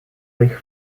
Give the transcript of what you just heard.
blijven